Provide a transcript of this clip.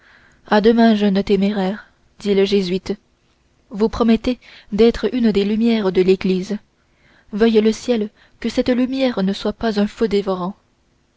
à demain jeune téméraire dit le jésuite vous promettez d'être une des lumières de l'église veuille le ciel que cette lumière ne soit pas un feu dévorant